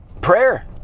prayer